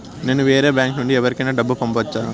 నేను వేరే బ్యాంకు నుండి ఎవరికైనా డబ్బు పంపొచ్చా?